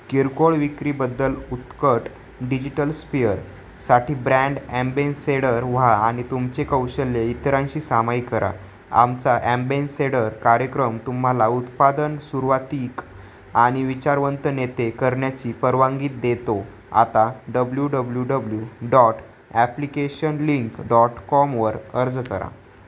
किरकोळ विक्रीबद्दल उत्कट डिजिटल स्पीअर साठी ब्रँड ॲम्बेन्सेडर व्हा आणि तुमचे कौशल्य इतरांशी सामायिक करा आमचा ॲम्बेन्सेडर कार्यक्रम तुम्हाला उत्पादन सुवार्तिक आणि विचारवंत नेते करण्याची परवानगी देतो आता W W W dot application link dot कॉमवर अर्ज करा